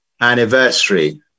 anniversary